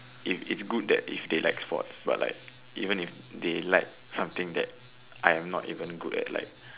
it it's good that if they like sports but like even if they like something that I'm not even good at like